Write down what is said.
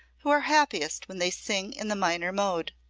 who are happiest when they sing in the minor mode.